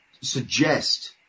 suggest